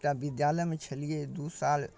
एकटा विद्यालयमे छलिए दुइ साल